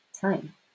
Time